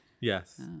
yes